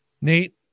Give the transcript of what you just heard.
Nate